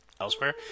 elsewhere